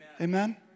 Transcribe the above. amen